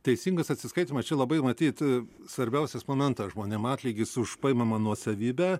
teisingas atsiskaitymas čia labai matyt svarbiausias momentas žmonėm atlygis už paimamą nuosavybę